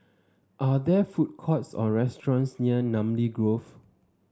are there food courts or restaurants near Namly Grove